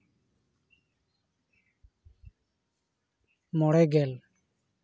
ᱢᱚᱬᱮ ᱜᱮᱞ